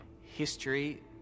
history